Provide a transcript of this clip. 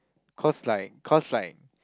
cause like cause like